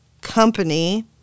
company